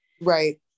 right